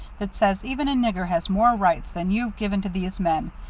that says even a nigger has more rights than you've given to these men,